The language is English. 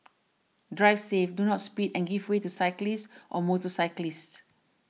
drive safe do not speed and give way to cyclists or motorcyclists